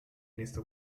nächste